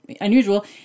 unusual